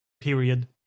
period